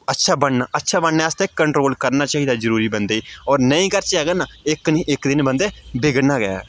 अच्छा बनना अच्छा बनने आस्तै कंट्रोल करना चाहिदा जरूरी बंदे ई होर नेईं करचै अगर ना इक नी इक दिन बन्दे बिगड़ना गै ऐ